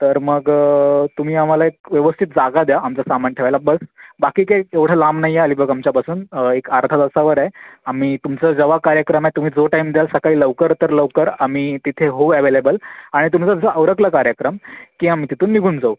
तर मग तुम्ही आम्हाला एक व्यवस्थित जागा द्या आमचं सामान ठेवायला बस बाकी काही एवढं लांब नाही आहे अलिबाग आमच्यापासून एक अर्धा तासावर आहे आम्ही तुमचं जेव्हा कार्यक्रम आहे तुम्ही जो टाईम द्याल सकाळी लवकर तर लवकर आम्ही तिथे होऊ अवेलेबल आणि तुम्ही जसं उरकलं कार्यक्रम की आम्ही तिथून निघून जाऊ